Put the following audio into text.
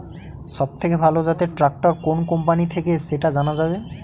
সবথেকে ভালো জাতের ট্রাক্টর কোন কোম্পানি থেকে সেটা জানা যাবে?